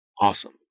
awesome